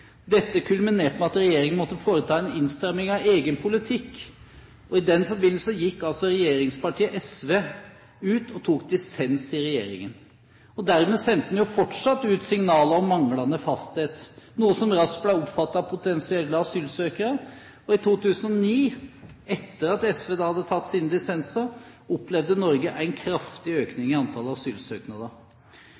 Dette kulminerte med at regjeringen måtte foreta en innstramming av egen politikk. I den forbindelse gikk altså regjeringspartiet SV ut og tok dissens i regjeringen. Dermed sendte man fortsatt ut signaler om manglende fasthet, noe som raskt ble oppfattet av potensielle asylsøkere. I 2009 – etter at SV hadde tatt sine dissenser – opplevde Norge en kraftig økning